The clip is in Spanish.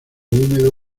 húmedo